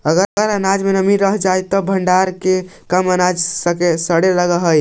अगर अनाज में नमी रह जा हई त भण्डारण के क्रम में अनाज सड़े लगतइ